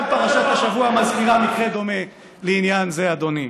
גם פרשת השבוע מזכירה מקרה דומה לעניין זה, אדוני.